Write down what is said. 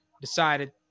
decided